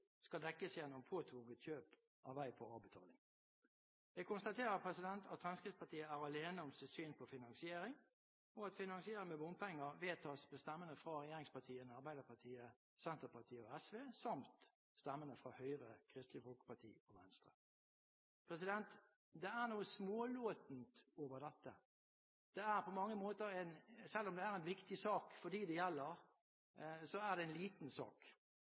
skal dekkes gjennom påtvunget kjøp av vei på avbetaling. Jeg konstaterer at Fremskrittspartiet er alene om sitt syn på finansiering, og at finansiering med bompenger vedtas med stemmene fra regjeringspartiene Arbeiderpartiet, Senterpartiet og SV samt stemmene fra Høyre, Kristelig Folkeparti og Venstre. Det er noe smålåtent over dette. Selv om det er en viktig sak for dem det gjelder, er det på mange måter en liten sak.